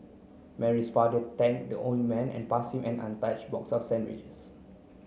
Mary's father thanked the old man and pass him an untouched box of sandwiches